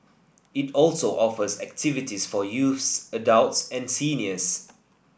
it also offers activities for youths adults and seniors